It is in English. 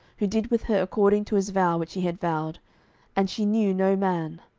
who did with her according to his vow which he had vowed and she knew no man.